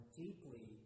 deeply